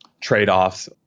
trade-offs